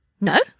No